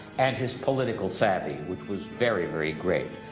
and his political savvy, which was very, very great.